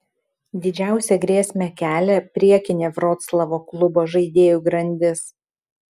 didžiausią grėsmę kelia priekinė vroclavo klubo žaidėjų grandis